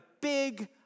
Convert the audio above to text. big